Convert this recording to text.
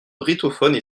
brittophones